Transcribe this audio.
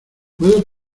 puedo